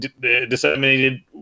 disseminated